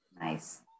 Nice